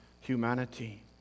humanity